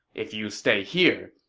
if you stay here,